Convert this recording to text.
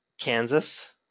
Kansas